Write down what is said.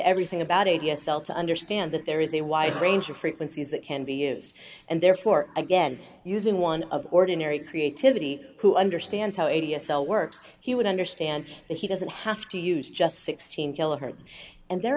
everything about a d s l to understand that there is a wide range of frequencies that can be used and therefore again using one of ordinary creativity who understands how a d s l works he would understand that he doesn't have to use just sixteen kilo herds and their